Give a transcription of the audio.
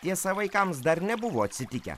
tiesa vaikams dar nebuvo atsitikę